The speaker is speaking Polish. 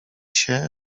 się